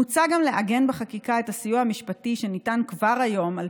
מוצע גם לעגן בחקיקה את הסיוע המשפטי שניתן כבר היום על